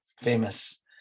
famous